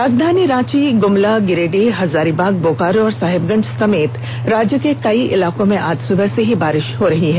राजधानी रांची गुमला गिरिडीह हजारीबाग बोकारो और साहेबगंज समेत राज्य के कई इलाकों में आज सुबह से ही बारिष हो रही है